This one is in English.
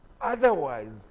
Otherwise